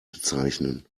bezeichnen